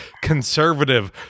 conservative